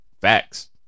Facts